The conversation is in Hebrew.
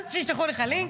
אז שישלחו לך לינק,